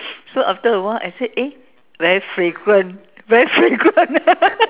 so after awhile I say eh very fragrant very fragrant